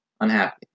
unhappy